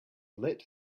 lit